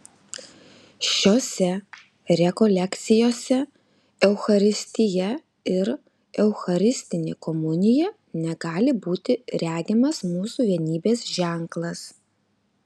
šiose rekolekcijose eucharistija ir eucharistinė komunija negali būti regimas mūsų vienybės ženklas